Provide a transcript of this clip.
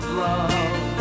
love